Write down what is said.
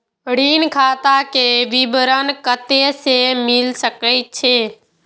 ऋण खाता के विवरण कते से मिल सकै ये?